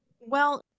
Well-